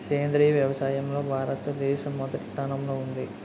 సేంద్రీయ వ్యవసాయంలో భారతదేశం మొదటి స్థానంలో ఉంది